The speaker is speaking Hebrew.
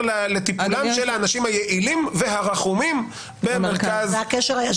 לטיפולם של האנשים היעילים והרחומים במרכז הגבייה.